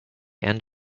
end